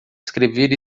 escrever